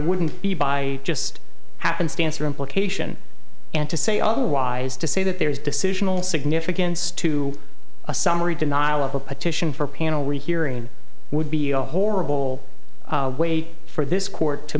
wouldn't be by just happenstance or implication and to say otherwise to say that there is decisional significance to a summary denial of a petition for panel rehearing would be a horrible way for this court to